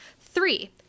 Three